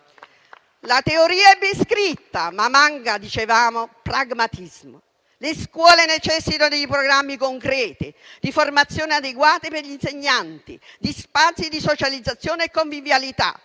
La teoria è ben scritta, ma manca pragmatismo. Le scuole necessitano di programmi concreti, di formazione adeguata per gli insegnanti, di spazi di socializzazione e convivialità,